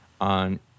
on